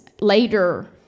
later